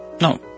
No